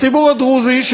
הציבור הדרוזי,